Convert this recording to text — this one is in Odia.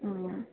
ହଁ